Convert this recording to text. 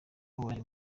warangiye